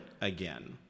again